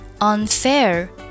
unfair